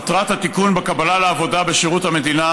מטרת התיקון בקבלה לעבודה בשירות המדינה